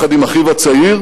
יחד עם אחיו הצעיר